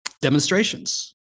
demonstrations